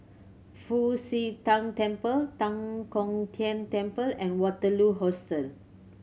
Fu Xi Tang Temple Tan Kong Tian Temple and Waterloo Hostel